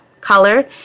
color